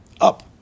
up